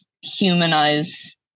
humanize